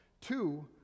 two